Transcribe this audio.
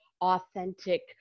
authentic